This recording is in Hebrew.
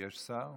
יש שר.